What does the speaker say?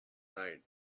night